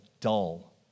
dull